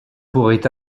pourrait